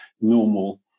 normal